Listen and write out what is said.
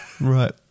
Right